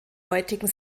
heutigen